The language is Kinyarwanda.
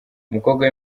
umukobwa